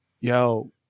Yo